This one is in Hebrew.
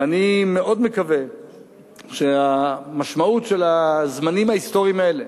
ואני מאוד מקווה שהמשמעות של הזמנים ההיסטוריים האלה